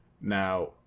Now